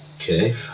Okay